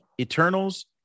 eternals